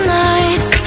nice